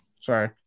sorry